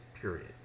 period